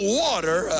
water